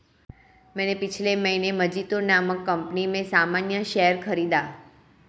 मैंने पिछले महीने मजीतो नामक कंपनी में सामान्य शेयर खरीदा